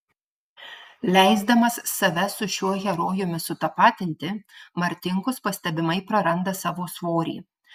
leisdamas save su šiuo herojumi sutapatinti martinkus pastebimai praranda savo svorį